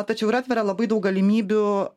tačiau ir atveria labai daug galimybių